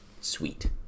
sweet